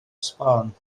sbon